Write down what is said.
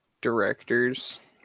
directors